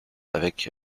avec